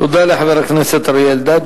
תודה לחבר הכנסת אריה אלדד.